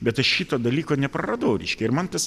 bet aš šito dalyko nepraradau reiškia ir man tas